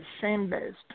shame-based